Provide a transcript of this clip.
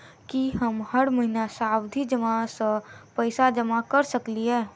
की हम हर महीना सावधि जमा सँ पैसा जमा करऽ सकलिये?